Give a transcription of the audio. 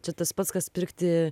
čia tas pats kas pirkti